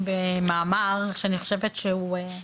לא ידעתי שזה גם